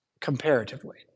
comparatively